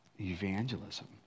Evangelism